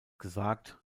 gesagt